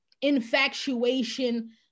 infatuation